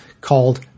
called